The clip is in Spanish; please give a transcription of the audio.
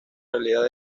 realidad